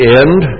end